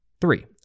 Three